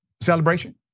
Celebration